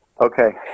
okay